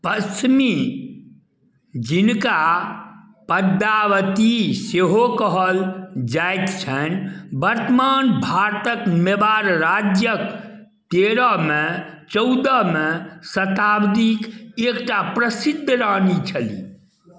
पद्मिनी जिनका पद्मावती सेहो कहल जाइत छनि वर्तमान भारतक मेवाड़ राज्यक तेरह मे चौदह मे शताब्दीक एकटा प्रसिद्ध रानी छलीह